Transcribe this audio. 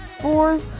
four